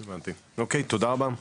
אוקיי, תודה רבה.